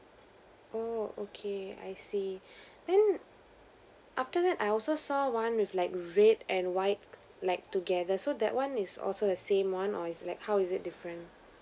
oh okay I see then after that I also saw one with like red and white like together so that one is also the same one or is like how is it different